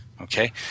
Okay